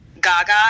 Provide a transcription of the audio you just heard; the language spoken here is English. gaga